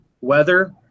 weather –